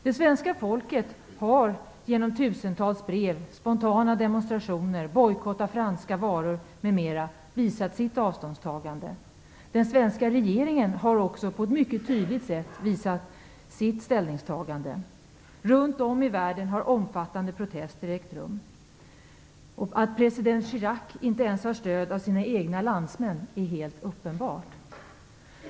Det svenska folket har genom tusentals brev, spontana demonstrationer, bojkott av franska varor m.m. visat sitt avståndstagande. Den svenska regeringen har också på ett mycket tydligt sätt visat sitt ställningstagande. Runt om i världen har omfattande protester ägt rum. Att president Chirac in ens har stöd av sina egna landsmän är helt uppenbart.